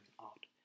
out